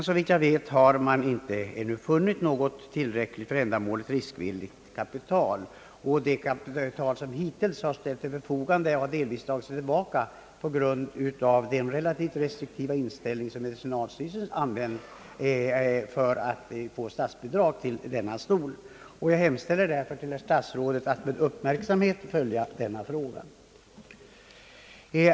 Såvitt jag vet har man inte ännu funnit något tillräckligt riskvilligt kapital, och det kapital som hittills ställts till förfogande har delvis dragits tillbaka på grund av medicinalstyrelsens relativt restriktiva inställning när det gäller statsbidrag till denna stol. Jag hemställer därför att herr statsrådet med uppmärksamhet följer denna fråga.